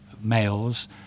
males